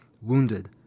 wounded